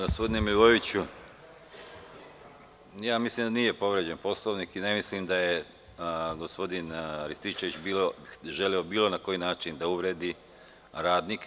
Gospodine Milivojeviću, mislim da nije povređen Poslovnik i ne mislim da je gospodin Rističević želeo na bilo koji način da uvredi radnike.